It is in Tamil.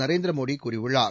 நரேந்திர மோடி கூறியுள்ளார்